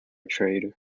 trade